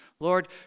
Lord